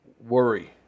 worry